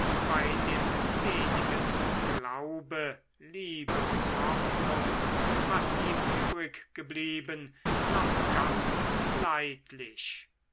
bei dem wenigen glaube liebe und hoffnung was ihm übrig geblieben noch ganz leidlich